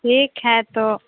ठीक है तो